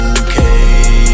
okay